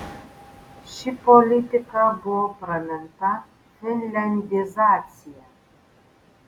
ši politika buvo praminta finliandizacija